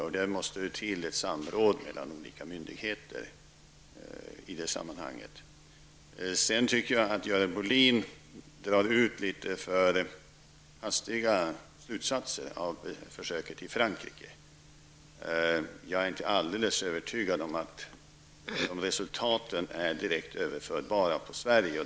Här måste det till ett samråd mellan olika myndigheter. Jag tycker vidare att Görel Bohlin drar litet förhastade slutsatser av försöket i Frankrike. Jag är inte alldeles övertygad om att resultaten i Frankrike är direkt överförbara på Sverige.